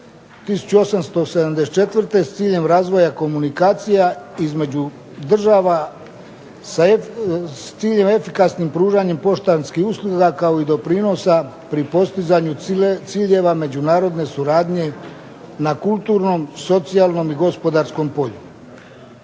1874. s ciljem razvoja komunikacija između država, s ciljem efikasnih pružanja poštanskih usluga kao i doprinosa pri postizanju ciljeva međunarodne suradnje na kulturnom, socijalnom i gospodarskom polju.